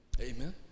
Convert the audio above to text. Amen